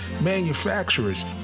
manufacturers